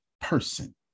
person